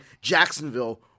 Jacksonville